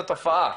זאת תופעה.